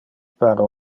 pare